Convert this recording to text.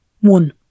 one